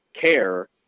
care